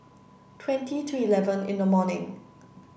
twenty to eleven in the morning